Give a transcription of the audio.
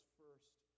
first